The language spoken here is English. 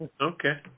Okay